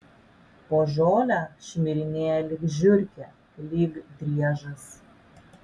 po žolę šmirinėja lyg žiurkė lyg driežas